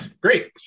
Great